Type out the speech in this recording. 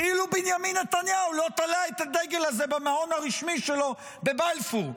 כאילו בנימין נתניהו לא תלה את הדגל הזה במעון הרשמי שלו בבלפור,